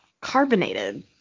carbonated